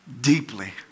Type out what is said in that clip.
deeply